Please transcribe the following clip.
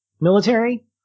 military